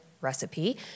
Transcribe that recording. recipe